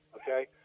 okay